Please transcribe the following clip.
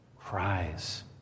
cries